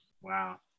Wow